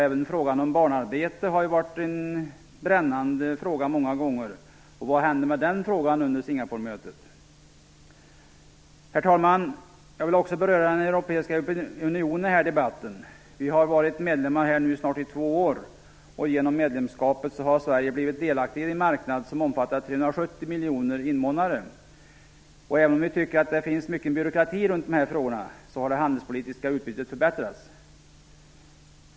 Även frågan om barnarbete har många gånger varit en brännande fråga. Vad hände med denna fråga under Singaporemötet? Herr talman. Jag vill också beröra den europeiska unionen i denna debatt. Vi har snart varit medlemmar i två år. Genom medlemskapet har Sverige blivit delaktigt i en marknad som omfattar 370 miljoner invånare. Även om vi tycker att det finns mycken byråkrati runt vissa frågor har det handelspolitiska utbytet förbättrats.